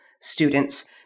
students